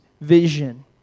vision